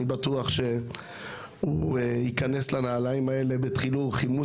אני בטוח שהוא ייכנס לנעליים האלה בדחילו ורחימו,